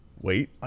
Wait